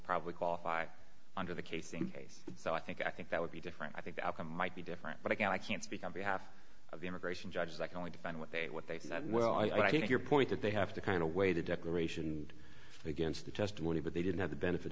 probably qualify under the casing case so i think i think that would be different i think the outcome might be different but again i can't speak on behalf of the immigration judges i can only defend what they what they said well i think your point that they have to kind of weigh the declaration against the testimony but they didn't have the benefit